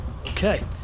Okay